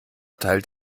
teilt